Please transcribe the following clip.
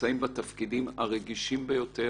שנמצאים בתפקידי הביטחון הרגישים ביותר